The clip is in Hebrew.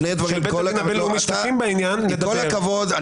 של בית הדין הבין-לאומי צופים בעניין --- עם כל הכבוד,